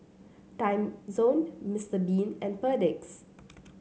Timezone Mister Bean and Perdix